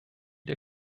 der